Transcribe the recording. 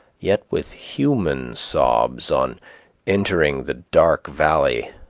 yet with human sobs, on entering the dark valley,